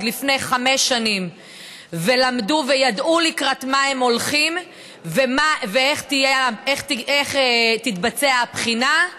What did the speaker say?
לפני חמש שנים ולמדו וידעו לקראת מה הם הולכים ואיך תתבצע הבחינה,